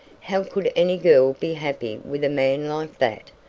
how could any girl be happy with a man like that?